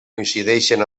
coincideixen